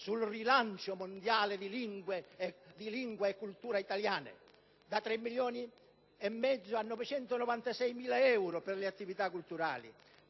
sul rilancio mondiale di lingua e cultura italiane); da 3 milioni e mezzo a 996.000 euro per le attività culturali;